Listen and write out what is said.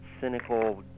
cynical